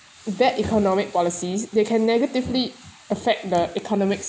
that economic policies they can negatively affect the economics